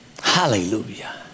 Hallelujah